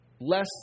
Less